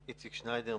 אני איציק שניידר,